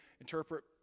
interpret